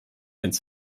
ins